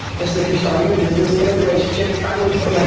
just if you're starting a business, in a relationship, trying to lose weight, like